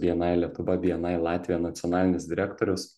bni lietuva bni latvija nacionalinis direktorius